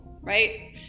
right